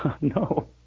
No